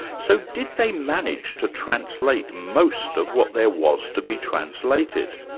so did they manage to translate most of what there was to be translated?